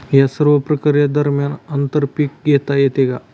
या सर्व प्रक्रिये दरम्यान आंतर पीक घेता येते का?